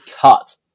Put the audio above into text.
cut